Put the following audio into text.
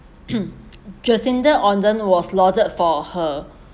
jacinda ardern was lauded for her